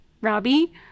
Robbie